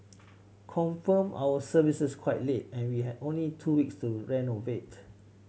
confirmed our services quite late and we had only two weeks to renovate